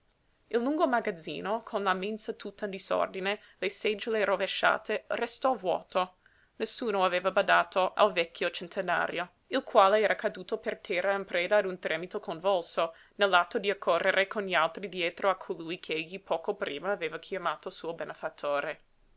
angoscioso il lungo magazzino con la mensa tutta in disordine le seggiole rovesciate restò vuoto nessuno aveva badato al vecchio centenario il quale era caduto per terra in preda a un tremito convulso nell'atto d'accorrere con gli altri dietro a colui ch'egli poco prima aveva chiamato suo